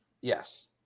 Yes